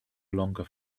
longer